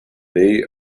they